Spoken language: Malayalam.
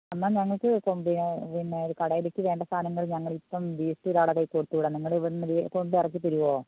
എന്നാൽ ഞങ്ങൾക്ക് പിന്നെ കടയിലേയ്ക്ക് വേണ്ട സാധനങ്ങൾ ഞങ്ങളിപ്പം ലിസ്റ്റ് ഒരാളുടെ കയ്യിൽ കൊടുത്ത് വിടാം നിങ്ങൾ ഇവിടെ നിന്ന് ഈ കൊണ്ട് ഇറക്കിത്തരുമോ